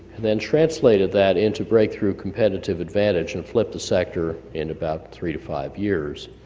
and then translated that into breakthrough competitive advantage, and flipped the sector in about three to five years.